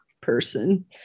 person